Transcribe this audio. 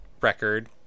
record